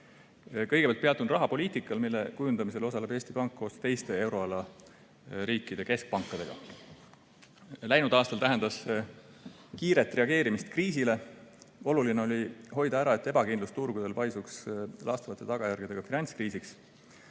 Kõigepealt peatun rahapoliitikal, mille kujundamisel osaleb Eesti Pank koos teiste euroala riikide keskpankadega. Läinud aastal tähendas see kiiret reageerimist kriisile. Oluline oli hoida ära, et ebakindlus turgudel ei paisuks laastavate tagajärgedega finantskriisiks.